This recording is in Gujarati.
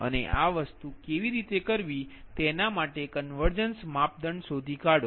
અને આ વસ્તુ કેવી રીતે કરવી તેના માટે કન્વર્જન્સ માપદંડ શોધી કાઢો